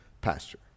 pasture